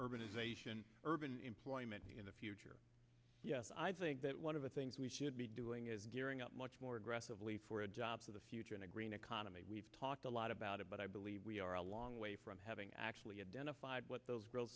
urbanization urban employment in the future yes i think that one of the things we should be doing is gearing up much more aggressively for a jobs of the future and a green economy we've talked a lot about it but i believe we are a long way from having actually identified what those g